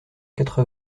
quatre